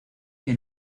que